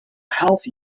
health